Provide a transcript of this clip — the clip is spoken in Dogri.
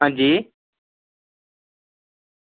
अंजी